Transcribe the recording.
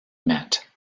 met